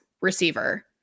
receiver